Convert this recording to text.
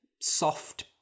soft